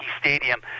Stadium